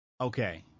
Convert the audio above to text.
okay